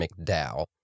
mcdowell